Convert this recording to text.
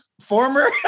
former